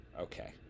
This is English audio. Okay